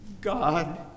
God